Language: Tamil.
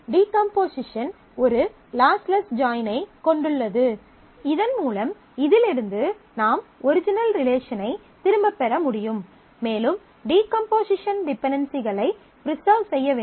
டீகம்போசிஷன் ஒரு லாஸ்லெஸ் ஜாயின் ஐ கொண்டுள்ளது இதன்மூலம் இதிலிருந்து நாம் ஒரிஜினல் ரிலேஷன் ஐ திரும்பப் பெற முடியும் மேலும் டீகம்போசிஷன் டிபென்டென்சிகளை ப்ரிசெர்வ் செய்ய வேண்டும்